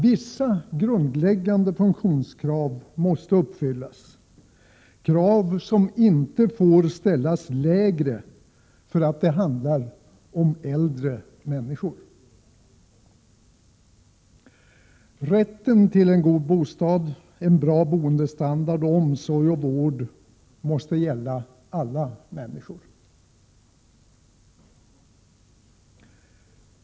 Vissa grundläggande funktionskrav måste uppfyllas, krav som inte får ställas lägre för att det handlar om äldre människor. Rätten till en god bostad, en bra boendestandard och (ERSOrE och vård måste gälla alla människor.